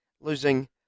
losing